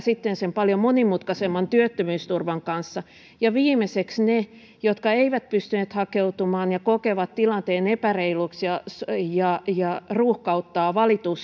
sitten sen paljon monimutkaisemman työttömyysturvan kanssa ja viimeiseksi siellä ovat ne jotka eivät pystyneet hakeutumaan ja kokevat tilanteen epäreiluksi ja ja ruuhkauttavat